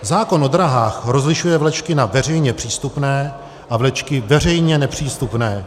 Zákon o dráhách rozlišuje vlečky na veřejně přístupné a vlečky veřejně nepřístupné.